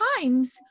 times